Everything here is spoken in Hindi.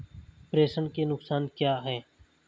प्रेषण के नुकसान क्या हैं?